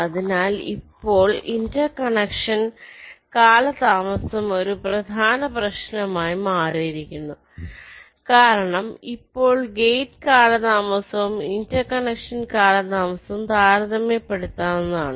അതിനാൽ ഇപ്പോൾ ഇന്റർകണക്ഷൻ കാലതാമസം ഒരു പ്രധാന പ്രശ്നമായി മാറിയിരിക്കുന്നു കാരണം ഇപ്പോൾ ഗേറ്റ് കാലതാമസവും ഇന്റർകണക്ഷൻ കാലതാമസവും താരതമ്യപ്പെടുത്താവുന്നതാണ്